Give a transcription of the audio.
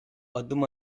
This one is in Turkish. adım